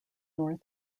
north